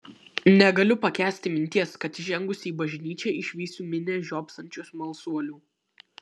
negaliu pakęsti minties kad įžengusi į bažnyčią išvysiu minią žiopsančių smalsuolių